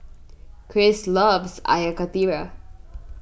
Chris loves Air Karthira